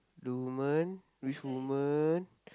the woman which woman